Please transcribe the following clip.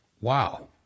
Wow